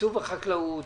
תקצוב החקלאות